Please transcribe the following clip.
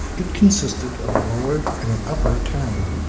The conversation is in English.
it consisted of a lower and an upper town.